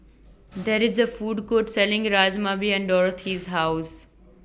There IS A Food Court Selling Rajma behind Dorothy's House